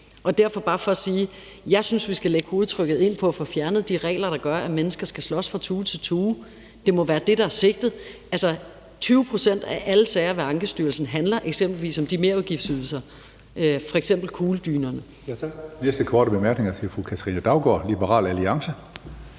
vil derfor bare sige, at jeg synes, vi skal lægge hovedtrykket ind på at få fjernet de regler, der gør, at mennesker skal slås fra tue til tue. Det må være det, der er sigtet. 20 pct. af alle sager ved Ankestyrelsen handler eksempelvis om de merudgiftsydelser, f.eks. til kugledynerne.